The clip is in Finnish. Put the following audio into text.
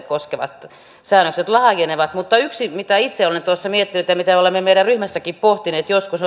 koskevat säännökset laajenevat mutta yksi mitä itse olen tuossa miettinyt ja mitä olemme meidän ryhmässäkin pohtineet joskus